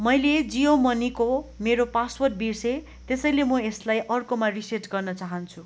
मैले जियो मनीको मेरो पासवर्ड बिर्सेँ त्यसैले म यसलाई अर्कोमा रिसेट गर्न चाहन्छु